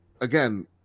again